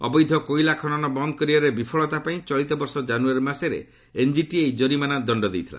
ଅବୈଧ କୋଇଲା ଖନନ ବନ୍ଦ୍ କରିବାରେ ବିଫଳତା ପାଇଁ ଚଳିତ ବର୍ଷ ଜାନୁୟାରୀ ମାସରେ ଏନ୍ଜିଟି ଏହି ଜରିମାନା ଦଣ୍ଡ ଦେଇଥିଲା